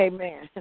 Amen